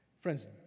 Friends